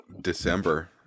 December